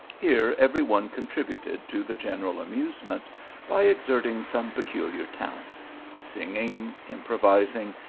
here every one contributed to the general amusement by exerting some peculiar talent singing, improvising,